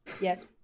Yes